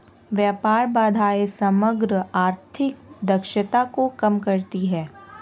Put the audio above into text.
व्यापार बाधाएं समग्र आर्थिक दक्षता को कम करती हैं